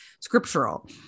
scriptural